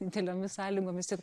idealiomis sąlygomis ir